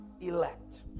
elect